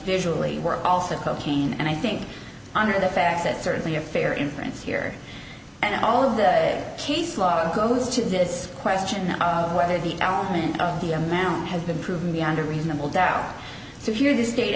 visually were also cocaine and i think under the facts it certainly a fair inference here and all of the case law goes to this question of whether the element of the amount has been proven beyond a reasonable doubt so here the state